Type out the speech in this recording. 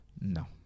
no